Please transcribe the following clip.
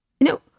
No